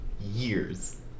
years